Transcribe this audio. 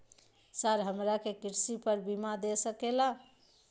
Sir हमरा के कृषि पर बीमा दे सके ला?